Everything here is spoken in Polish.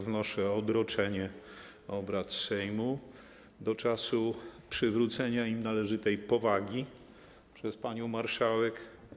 Wnoszę o odroczenie obrad Sejmu do czasu przywrócenia im należytej powagi przez panią marszałek.